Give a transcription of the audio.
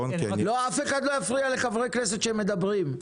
אף אחד לא יפריע לחברי הכנסת כשהם מדברים.